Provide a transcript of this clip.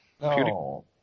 No